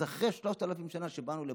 אז אחרי שלושת אלפים שנה, כשבאנו לפה,